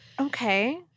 Okay